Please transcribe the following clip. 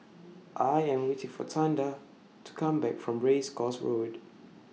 I Am waiting For Tonda to Come Back from Race Course Road